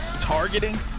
targeting